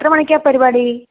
എത്ര മണിക്കാണ് പരിപാടി